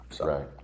right